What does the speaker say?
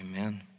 Amen